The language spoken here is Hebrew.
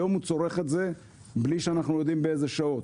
היום הוא צורך את זה בלי שאנחנו יודעים באיזה שעות.